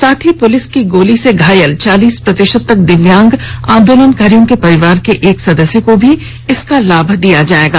साथ ही पुलिस की गोली से घायल चालीस प्रतिशत तक दिव्यांग हुए आंदोलनकारियों के परिवार के एक सदस्य को भी इसका लाभ दिया जाएगा